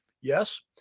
yes